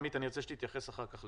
עמית, אני ארצה שתתייחס לזה אחר כך.